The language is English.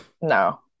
no